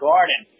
Garden